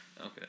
Okay